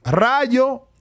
Rayo